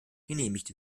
genehmigt